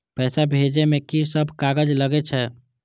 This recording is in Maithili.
पैसा भेजे में की सब कागज लगे छै?